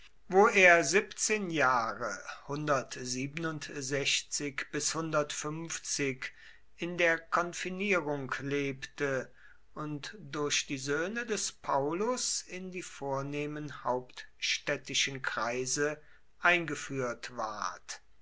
wo er siebzehn jahre in der konfinierung lebte und durch die söhne des paullus in die vornehmen hauptstädtischen kreise eingeführt ward